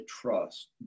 trust